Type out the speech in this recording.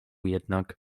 jednak